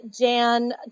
Jan